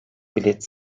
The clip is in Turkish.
bilet